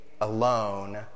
alone